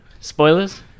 Spoilers